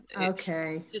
Okay